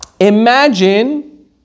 imagine